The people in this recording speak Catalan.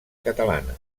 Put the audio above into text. catalana